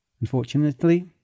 Unfortunately